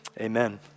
amen